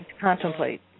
contemplate